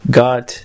got